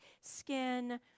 skin